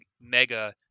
mega